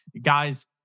Guys